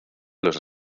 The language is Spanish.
los